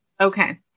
Okay